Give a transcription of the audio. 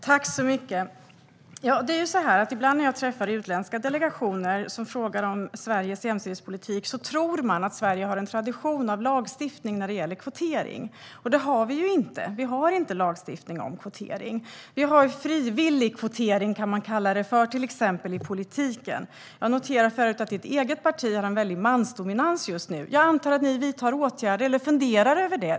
Herr talman! Utländska delegationer som frågar om Sveriges jämställdhetspolitik tror att Sverige har en tradition av lagstiftning när det gäller kvotering. Det har vi ju inte. Vi har ingen lagstiftning om kvotering. Vi har det man kan kalla frivillig kvotering, till exempel i politiken. Jag noterade förut att Fredrik Malms eget parti har en mansdominans just nu. Jag antar att ni vidtar åtgärder eller funderar över det.